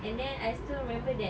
and then I still remember that